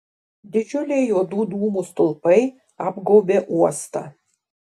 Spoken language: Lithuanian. didžiuliai juodų dūmų stulpai apgaubė uostą